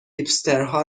هیپسترها